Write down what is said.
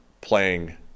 playing